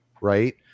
Right